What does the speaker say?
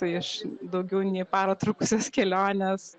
iš daugiau nei parą trukusios kelionės